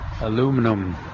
aluminum